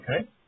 okay